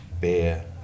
beer